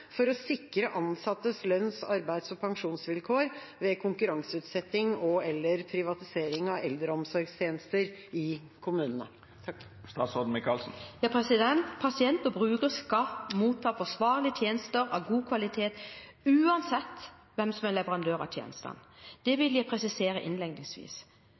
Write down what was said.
for å sikre ansattes lønns-, arbeids- og pensjonsvilkår ved konkurranseutsetting og/eller privatisering av eldreomsorgstjenester i kommunene?» Pasient og bruker skal motta forsvarlige tjenester av god kvalitet, uansett hvem som er leverandør av tjenestene. Det vil jeg presisere innledningsvis.